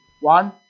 One